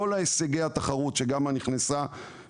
כל הישגי התחרות בעקבות הכניסה של גמא,